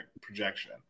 projection